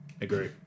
agree